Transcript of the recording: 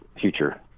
future